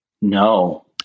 no